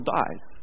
dies